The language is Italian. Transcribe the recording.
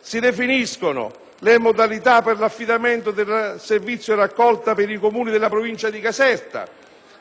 Si definiscono poi le modalità per l'affidamento del servizio di raccolta per i comuni della provincia di Caserta,